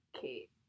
Kate